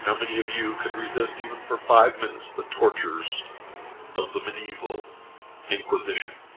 and many of you could resist, even for five minutes, the tortures of the medieval inquisition?